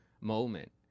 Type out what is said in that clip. moment